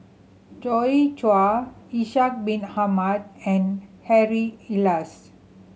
Joi Chua Ishak Bin Ahmad and Harry Elias